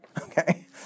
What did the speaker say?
Okay